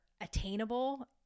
attainable